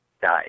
died